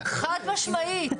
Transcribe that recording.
חד-משמעית.